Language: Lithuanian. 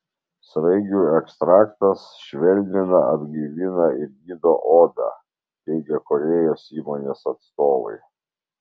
sraigių ekstraktas švelnina atgaivina ir gydo odą teigią korėjos įmonės atstovai